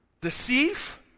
Deceive